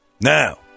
Now